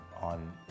on